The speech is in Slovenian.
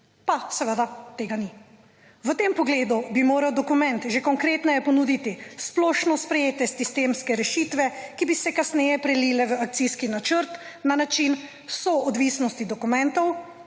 pa seveda tega ni. V tem pogledu bi moral dokument že konkretneje ponuditi splošno sprejete sistemske rešitve, ki bi se kasneje prelile v akcijski načrt na način soodvisnosti dokumentov,